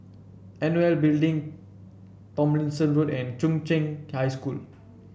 N O L Building Tomlinson Road and Chung Cheng High School